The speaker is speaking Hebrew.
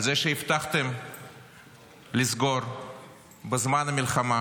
על זה שהבטחתם לסגור בזמן המלחמה